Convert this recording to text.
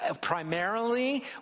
primarily